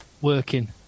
working